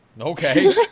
Okay